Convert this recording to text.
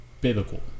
biblical